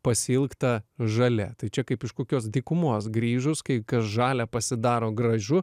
pasiilgta žalia tai čia kaip iš kokios dykumos grįžus kai kas žalia pasidaro gražu